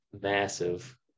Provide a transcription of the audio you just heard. massive